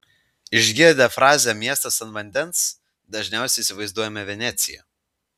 išgirdę frazę miestas ant vandens dažniausiai įsivaizduojame veneciją